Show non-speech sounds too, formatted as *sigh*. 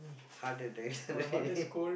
heart attack right *laughs*